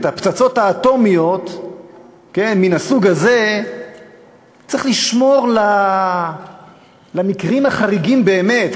את הפצצות האטומיות מן הסוג הזה צריך לשמור למקרים החריגים באמת,